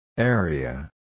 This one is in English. Area